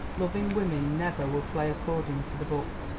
loving women never will play according to the book.